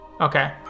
Okay